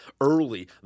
early